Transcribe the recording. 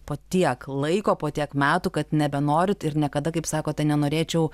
po tiek laiko po tiek metų kad nebenorit ir niekada kaip sakote nenorėčiau